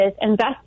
invest